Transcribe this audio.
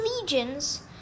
legions